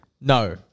No